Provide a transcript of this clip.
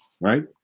right